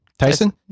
Tyson